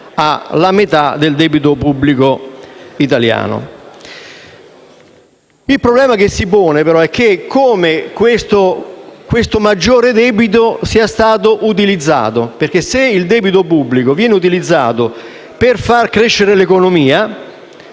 Il problema che si pone però è come questo maggiore debito pubblico viene utilizzato: se il debito pubblico è utilizzato per far crescere l'economia,